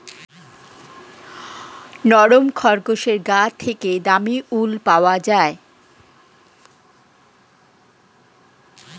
নরম খরগোশের গা থেকে দামী উল পাওয়া যায়